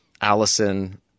Allison